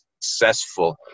successful